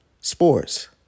sports